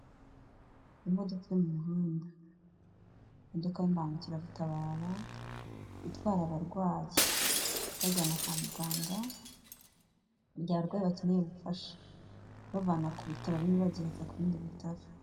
Imodoka iri mu muhanda, imodoka y'imbangukiragutabara itwara abarwayi, ibajyana kwa muganga, mu gihe abarwayi bakeneye ubufasha, ibavana ku bitaro bimwe ibageza ku bindi bitaro.